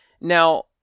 Now